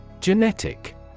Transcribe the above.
Genetic